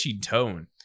tone